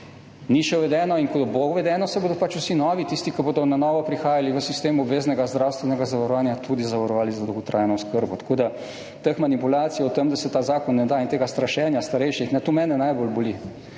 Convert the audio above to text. ni še uvedeno, in ko bo uvedeno, se bodo vsi novi, tisti ki bodo na novo prihajali v sistem obveznega zdravstvenega zavarovanja, tudi zavarovali za dolgotrajno oskrbo. Tako da te manipulacije o tem, da se tega zakona ne da, in to strašenje starejših, to mene najbolj boli.